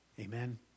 amen